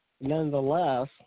nonetheless